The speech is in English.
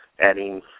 adding